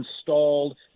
installed